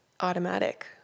automatic